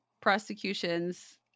prosecutions